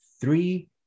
three